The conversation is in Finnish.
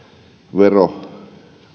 vero